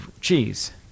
cheese